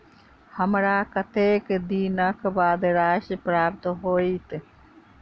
हमरा कत्तेक दिनक बाद राशि प्राप्त होइत?